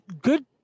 Good